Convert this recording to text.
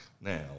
now